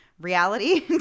reality